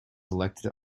elected